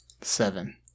seven